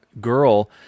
girl